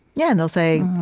yeah, and they'll say,